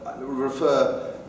refer